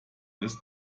ist